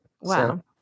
Wow